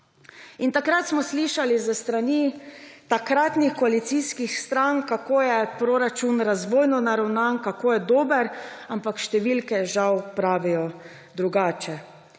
Takrat smo slišali s strani takratnih koalicijskih strank, kako je proračun razvojno naravnan, kako je dober, ampak številke žal pravijo drugače.